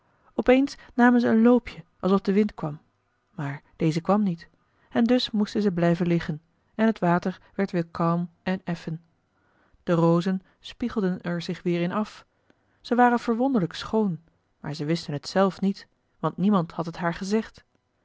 op eens namen zij een loopje alsof de wind kwam maar deze kwam niet en dus moesten zij blijven liggen en het water werd weer kalm en effen de rozen spiegelden er zich weer in af zij waren verwonderlijk schoon maar zij wisten het zelf niet want niemand had het haar gezegd